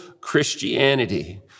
Christianity